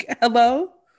Hello